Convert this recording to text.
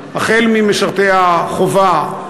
החל ממשרתי החובה,